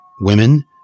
women